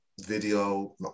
video